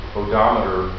odometer